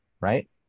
right